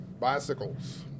bicycles